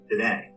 Today